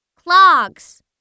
clogs